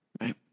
Right